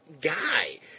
guy